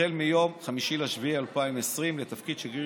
החל ביום 5 ביולי 2020 ולתפקיד שגריר